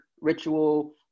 ritual